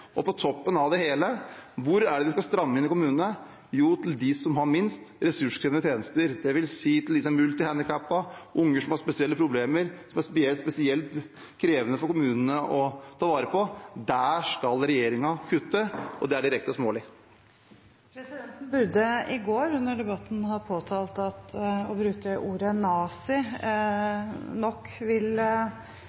Og på toppen av det hele: Hvor er det man skal stramme inn i kommunene? Jo, til dem som har minst, ressurskrevende tjenester, det vil si til dem som er multihandikappede, til barn som har spesielle problemer, som det er spesielt krevende for kommunene å ta vare på. Der skal regjeringen kutte, og det er direkte smålig. Presidenten burde under debatten i går ha påtalt at